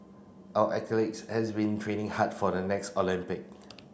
our athletes has been training hard for the next Olympic